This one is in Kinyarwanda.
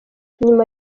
nyuma